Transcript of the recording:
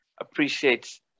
appreciates